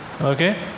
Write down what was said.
okay